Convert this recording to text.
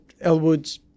elwood's